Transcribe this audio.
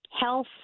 health